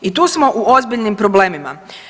I tu smo u ozbiljnim problemima.